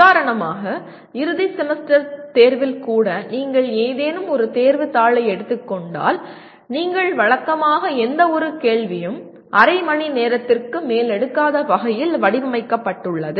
உதாரணமாக இறுதி செமஸ்டர் தேர்வில் கூட நீங்கள் ஏதேனும் ஒரு தேர்வுத் தாளை எடுத்துக் கொண்டால் நீங்கள் வழக்கமாக எந்தவொரு கேள்வியும் அரை மணி நேரத்திற்கு மேல் எடுக்காத வகையில் வடிவமைக்கப்பட்டுள்ளது